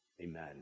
Amen